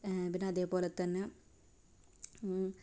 പിന്നെ അതേപോലെത്തന്നെ